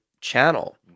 channel